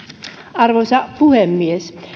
arvoisa puhemies